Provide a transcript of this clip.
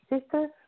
sister